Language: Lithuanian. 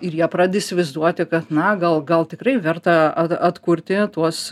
ir jie pradeda įsivaizduoti kad na gal gal tikrai verta at atkurti tuos